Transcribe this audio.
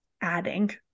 adding